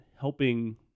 helping